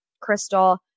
Crystal